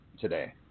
today